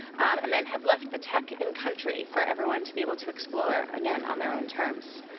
and then have left the tech in country for everyone to be able to explore, again, on their own terms.